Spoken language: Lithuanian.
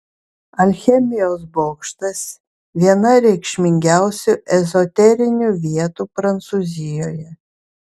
alchemijos bokštas viena reikšmingiausių ezoterinių vietų prancūzijoje